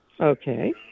Okay